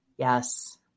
Yes